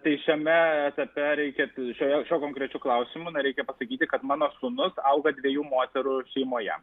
tai šiame etape reikia šiuo konkrečiu klausimu na reikia pasakyti kad mano sūnus auga dviejų moterų šeimoje